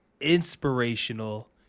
inspirational